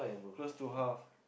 close to half